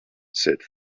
said